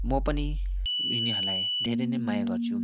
म पनि यिनीहरूलाई धेरै नै माया गर्छु